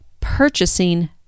purchasing